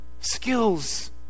skills